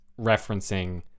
referencing